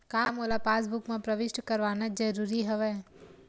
का मोला पासबुक म प्रविष्ट करवाना ज़रूरी हवय?